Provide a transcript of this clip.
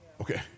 Okay